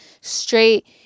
straight